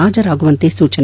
ಹಾಜರಾಗುವಂತೆ ಸೂಚನೆ